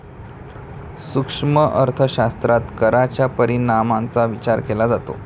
सूक्ष्म अर्थशास्त्रात कराच्या परिणामांचा विचार केला जातो